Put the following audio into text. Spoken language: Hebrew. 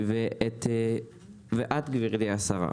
גברתי השרה,